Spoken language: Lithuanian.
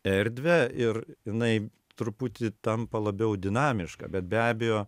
erdvę ir jinai truputį tampa labiau dinamiška bet be abejo